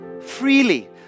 freely